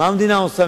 מה המדינה עושה,